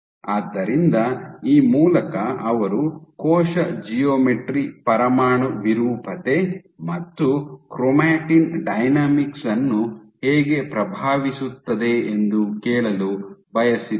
ಆದ್ದರಿಂದ ಈ ಮೂಲಕ ಅವರು ಕೋಶ ಜಿಯೋಮೆಟ್ರಿ ಪರಮಾಣು ವಿರೂಪತೆ ಮತ್ತು ಕ್ರೊಮಾಟಿನ್ ಡೈನಾಮಿಕ್ಸ್ ಅನ್ನು ಹೇಗೆ ಪ್ರಭಾವಿಸುತ್ತದೆ ಎಂದು ಕೇಳಲು ಬಯಸಿದ್ದರು